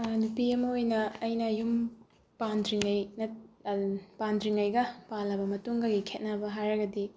ꯅꯨꯄꯤ ꯑꯃ ꯑꯣꯏꯅ ꯑꯩꯅ ꯌꯨꯝ ꯄꯥꯟꯗ꯭ꯔꯤꯉꯩ ꯄꯥꯟꯗ꯭ꯔꯤꯉꯩꯒ ꯄꯥꯜꯂꯕ ꯃꯇꯨꯡꯒꯒꯤ ꯈꯦꯠꯅꯕ ꯍꯥꯏꯔꯒꯗꯤ